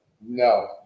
No